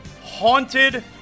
Haunted